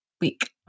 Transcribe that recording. week